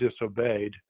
disobeyed